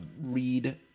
read